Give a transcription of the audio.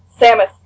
Samus